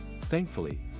Thankfully